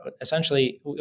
essentially